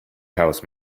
house